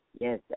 Yes